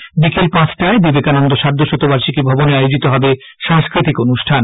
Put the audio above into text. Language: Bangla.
ঐদিন বিকেল পাঁচটায় বিবেকানন্দ সার্ধ শতবার্ষিকী ভবনে আয়োজিত হবে সাংস্কৃতিক অনুষ্ঠান